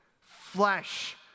Flesh